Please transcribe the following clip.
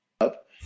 up